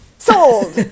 Sold